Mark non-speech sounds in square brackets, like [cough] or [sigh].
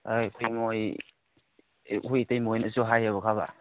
ꯑꯥ [unintelligible] ꯑꯩꯈꯣꯏ ꯏꯇꯩꯃ ꯍꯣꯏꯅꯁꯨ ꯍꯥꯏꯌꯦꯕ ꯈꯪꯑꯕ